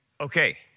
Okay